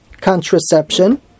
contraception